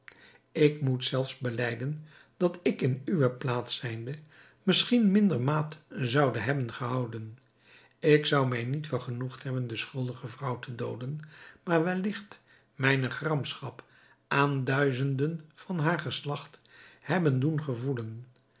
ik moet zelfs belijden dat ik in uwe plaats zijnde misschien minder maat zoude hebben gehouden ik zou mij niet vergenoegd hebben de schuldige vrouw te dooden maar welligt mijne gramschap aan duizenden van haar geslacht hebben doen gevoelen